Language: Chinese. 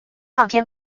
唱片